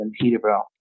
Peterborough